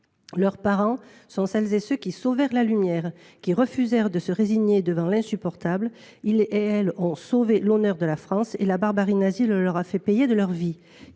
leurs parents, de celles et ceux qui sauvèrent la lumière, qui refusèrent de se résigner devant l’insupportable et qui ont sauvé l’honneur de la France ; la barbarie nazie le leur a fait payer de leur vie.